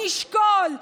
נשקול,